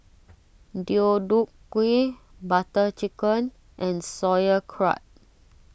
Deodeok Gui Butter Chicken and Sauerkraut